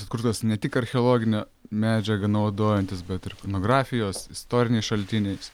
sukurtas ne tik archeologinę medžiaga naudojantis bet ir fonografijos istoriniais šaltiniais